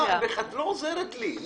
את לא עוזרת לי.